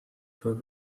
for